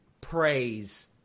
Praise